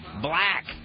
black